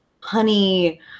honey